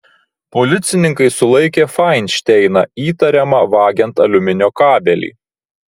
policininkai sulaikė fainšteiną įtariamą vagiant aliuminio kabelį